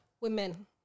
Women